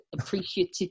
appreciative